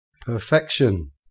Perfection